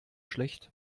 schlecht